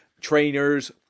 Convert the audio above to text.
trainers